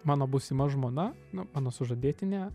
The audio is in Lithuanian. mano būsima žmona nu mano sužadėtinė